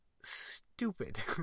stupid